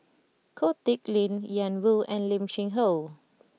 Ko Teck Kin Ian Woo and Lim Cheng Hoe